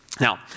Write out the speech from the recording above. Now